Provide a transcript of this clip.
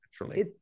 naturally